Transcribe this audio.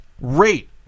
rate